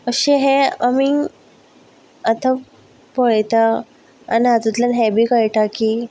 अशें हें आमी आतां पळयता आनी हातूंतल्यान हें बी कळटा की